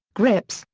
grips,